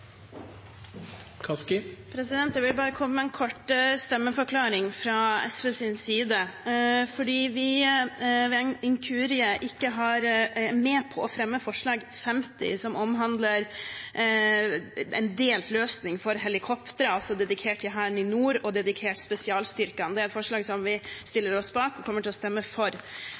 organiseres. Jeg vil bare komme med en kort stemmeforklaring fra SVs side, fordi vi ved en inkurie ikke har vært med på å fremme forslag nr. 50, som omhandler en delt løsning for helikoptre, helikoptre dedikert Hæren i nord og helikoptre dedikert spesialstyrkene. Det er et forslag som vi stiller oss bak og kommer til å stemme for.